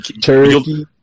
Turkey